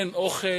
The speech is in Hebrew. אין אוכל,